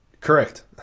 Correct